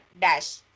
Dash